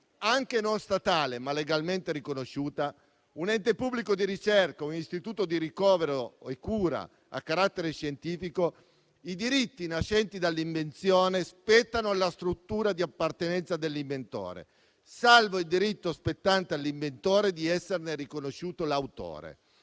anche non statale ma legalmente riconosciuta, un ente pubblico di ricerca, un Istituto di ricovero e cura a carattere scientifico, i diritti nascenti dall'invenzione spettano alla struttura di appartenenza dell'inventore, salvo il diritto spettante all'inventore di esserne riconosciuto l'autore.